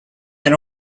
than